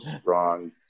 strong